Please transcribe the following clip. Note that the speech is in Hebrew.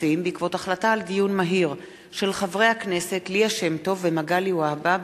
הצעתם של חברי הכנסת מוחמד ברכה וטלב אלסאנע,